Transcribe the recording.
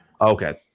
Okay